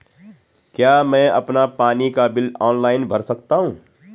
क्या मैं अपना पानी का बिल ऑनलाइन भर सकता हूँ?